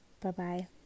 Bye-bye